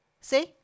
See